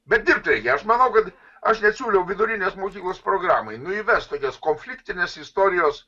bet dribt reikia aš manau kad aš net siūliau vidurinės mokyklos programai nu įvest tokias konfliktinės istorijos